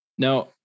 Now